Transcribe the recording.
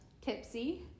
tipsy